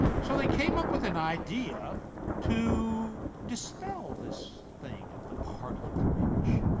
so they came up with an idea to dispel this thing of the party of the rich.